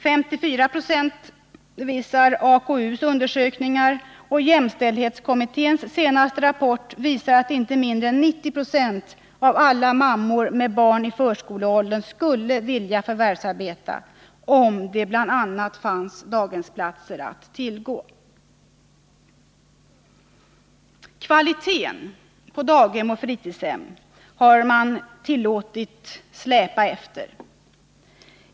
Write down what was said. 54 96 visar AKU, och jämställdhetskommitténs senaste rapport visar att inte mindre än 90 96 av alla mödrar med barn i förskoleåldern skulle vilja förvärvsarbeta, om det bl.a. fanns daghemsplatser att tillgå. Kvaliteten på daghem och fritidshem har man tillåtits släppa efter.